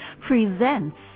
presents